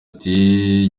iti